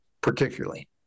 particularly